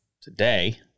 Today